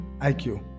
IQ